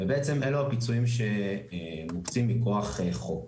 ובעצם אלו הפיצויים שמוקצים מכוח חוק,